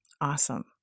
Awesome